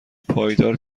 پایدار